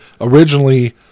originally